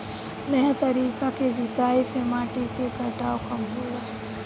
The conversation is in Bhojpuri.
नया तरीका के जुताई से माटी के कटाव कम होला